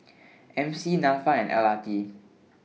M C Nafa and L R T